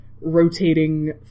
rotating